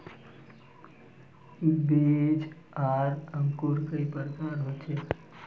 बीज आर अंकूर कई प्रकार होचे?